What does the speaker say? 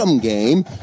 game